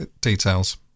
details